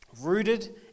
rooted